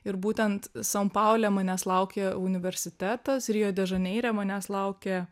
ir būtent san paule manęs laukė universitetas rio de žaneire manęs laukė